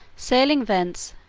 sailing thence,